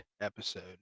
episode